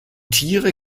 tiere